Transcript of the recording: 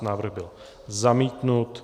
Návrh byl zamítnut.